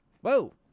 Whoa